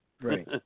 right